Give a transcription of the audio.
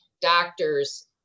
doctors